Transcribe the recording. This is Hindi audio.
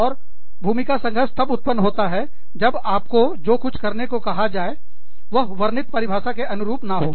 और भूमिका संघर्ष तब उत्पन्न होता है जब आपको जो कुछ करने को कहा जाए वह वर्णित परिभाषा के अनुरूप ना हो